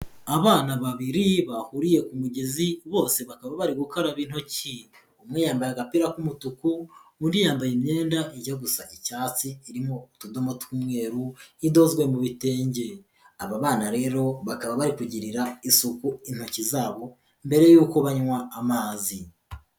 Abana babiri bahuriye ku mugezi bose bakaba bari gukaraba intoki. Umwe yambaye agapira k'umutuku, undi yambaye imyenda ijya gusa icyatsi, irimo utudomo tw'umweru, idozwe mu bitenge. Aba bana rero bakaba bari kugirira isuku intoki zabo mbere yuko banywa amazi.